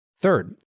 Third